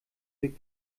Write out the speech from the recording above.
wird